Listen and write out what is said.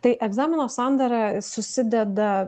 tai egzamino sandara susideda